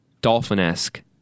dolphin-esque